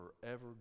forever